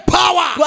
power